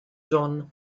john